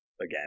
again